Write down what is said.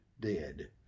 dead